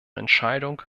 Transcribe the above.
entscheidung